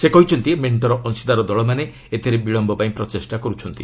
ସେ କହିଛନ୍ତି ମେଣ୍ଟର ଅଂଶୀଦାର ଦଳମାନେ ଏଥିରେ ବିଳମ୍ୟ ପାଇଁ ପ୍ରଚେଷ୍ଟା କର୍ତ୍ଥନ୍ତି